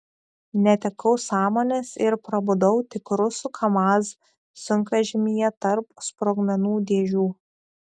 netekau sąmonės ir prabudau tik rusų kamaz sunkvežimyje tarp sprogmenų dėžių